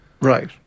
Right